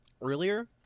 earlier